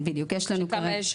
אז יש היחידה של הקרימינולוגים.